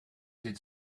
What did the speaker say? did